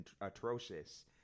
atrocious